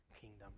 kingdom